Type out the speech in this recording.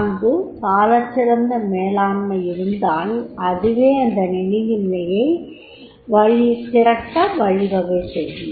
அங்கு சாலச்சிறந்த மேலாண்மை இருந்தால் அதுவே அந்த நிதியை திரட்ட வழி வகை செய்யும்